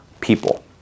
people